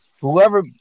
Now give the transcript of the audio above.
Whoever